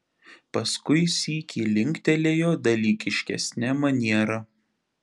paskui sykį linktelėjo dalykiškesne maniera